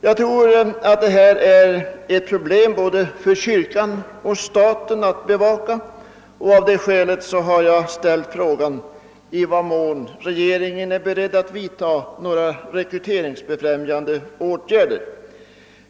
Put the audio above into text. Jag tror att detta är ett problem för både kyrkan och staten att bevaka, och av detta skäl har jag ställt frågan i vad mån regeringen är beredd att vidta några rekryteringsbefrämjande åtgärder.